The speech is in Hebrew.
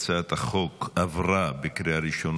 ההצעה להעביר את הצעת חוק התכנון והבנייה